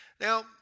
Now